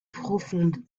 profondes